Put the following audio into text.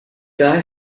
guy